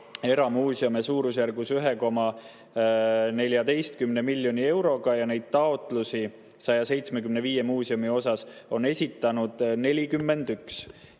eramuuseume suurusjärgus 1,14 miljoni euroga ja taotlusi 175 muuseumist on esitanud 41.